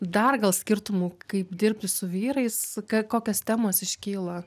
dar gal skirtumų kaip dirbti su vyrais ka kokios temos iškyla